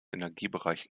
energiebereich